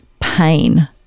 pain